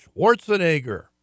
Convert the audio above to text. Schwarzenegger